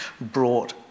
brought